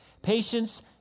Patience